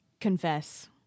confess